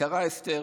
היקרה אסתר,